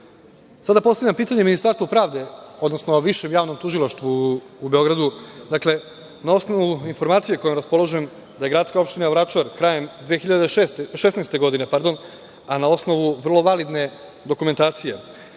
Sada postavljam pitanje Ministarstvu pravde, odnosno Višem javnom tužilaštvu u Beogradu, na osnovu informacije kojom raspolažem da je gradska opština Vračar krajem 2016. godine, a na osnovu vrlo validne dokumentacije,